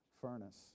furnace